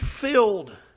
filled